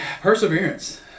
perseverance